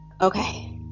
Okay